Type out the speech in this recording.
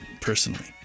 personally